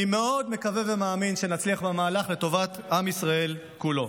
אני מאוד מקווה ומאמין שנצליח במהלך לטובת עם ישראל כולו.